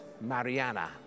Mariana